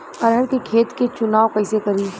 अरहर के खेत के चुनाव कईसे करी?